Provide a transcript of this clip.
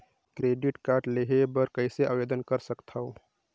Credit card लेहे बर कइसे आवेदन कर सकथव?